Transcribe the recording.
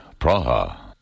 Praha